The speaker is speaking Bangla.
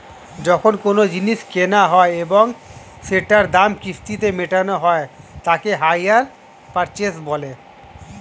যখন কোনো জিনিস কেনা হয় এবং সেটার দাম কিস্তিতে মেটানো হয় তাকে হাইয়ার পারচেস বলে